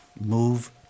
Move